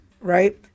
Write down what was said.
right